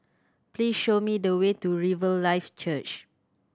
please show me the way to Riverlife Church